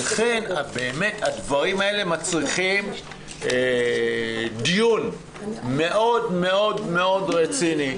ולכן הדברים האלה מצריכים דיון מאוד מאוד מאוד רציני,